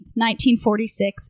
1946